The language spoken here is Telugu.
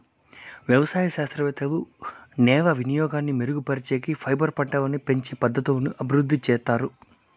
వ్యవసాయ శాస్త్రవేత్తలు నేల వినియోగాన్ని మెరుగుపరిచేకి, ఫైబర్ పంటలని పెంచే పద్ధతులను అభివృద్ధి చేత్తారు